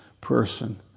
person